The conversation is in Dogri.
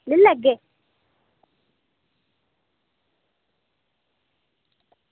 लेई लैगे